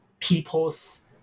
people's